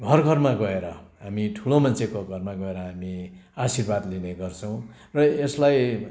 घर घरमा गएर हामी ठुलो मान्छेको घरमा गएर हामी आशीर्वाद लिने गर्छौँ र यसलाई